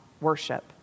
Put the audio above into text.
worship